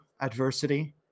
adversity